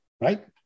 right